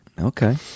Okay